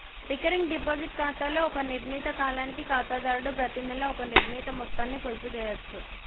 recurring deposit ఖాతాలో ఒక నిర్ణీత కాలానికి ఖాతాదారుడు ప్రతినెలా ఒక నిర్ణీత మొత్తాన్ని పొదుపు చేయచ్చు